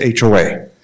HOA